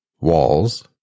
walls